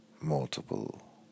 multiple